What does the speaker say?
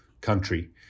country